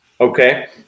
Okay